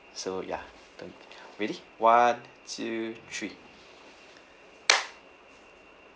so ya don't ready one two three